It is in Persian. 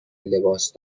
لباس